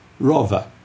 Rova